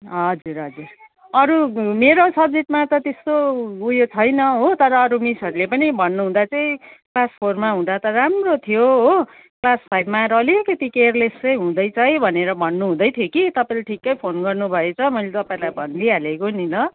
हजुर हजुर अरू मेरो सब्जेक्टमा त त्यस्तो ऊ यो छैन हो तर अरू मिसहरूले पनि भन्नुहुँदा चाहिँ क्लास फोरमा हुँदा त राम्रो थियो हो क्लास फाइभमा आएर अलिकति केयरलेस चाहिँ हुँदैछ भनेर भन्नुहुँदै थियो कि तपाईँले ठिक्कै फोन गर्नुभएछ मैले तपाईँलाई भनिदिइ हालेको नि ल